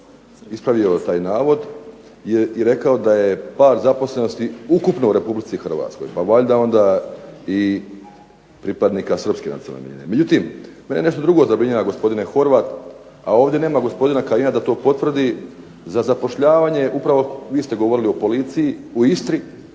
ispravio taj navod i rekao da je pad zaposlenosti ukupno u RH pa valjda onda i pripadnika srpske nacionalne manjine. Međutim, mene nešto drugo zabrinjava gospodine Horvat, a ovdje nema gospodina Kajina da to potvrdi, za zapošljavanje, upravo vi ste govorili o policiji u Istri,